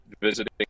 visiting